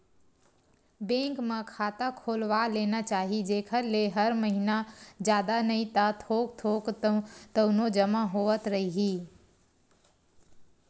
bank म खाता खोलवा लेना चाही जेखर ले हर महिना जादा नइ ता थोक थोक तउनो जमा होवत रइही